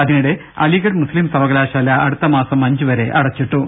അതി നിടെ അലിഗഡ് മുസ്തിം സർവകലാശാല അടുത്ത മാസം അഞ്ചുവരെ അട ച്ചിട്ടു